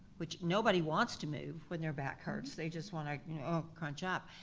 which nobody wants to move when their back hurts, they just wanna you know ah crunch up.